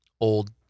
old